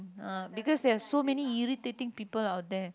ah because there're so many irritating people out there